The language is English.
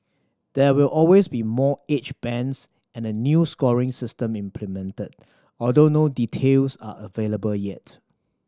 there will always be more age bands and a new scoring system implemented although no details are available yet